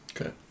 Okay